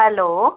hello